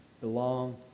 belong